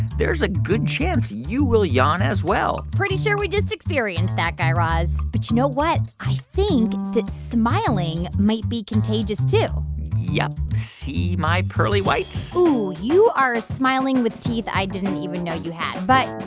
there's a good chance you will yawn, as well pretty sure we just experienced that, guy raz. but you know what? i think that smiling might be contagious, too yup. see my pearly whites? so you are smiling with teeth i didn't even know you had. but,